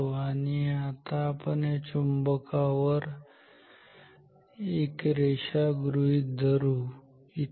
आणि आता आपण या चुंबकावर एक रेषा गृहीत धरू इथे